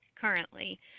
currently